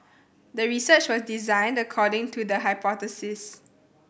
the research was designed according to the hypothesis